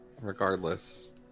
regardless